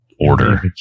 order